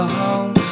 home